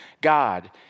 God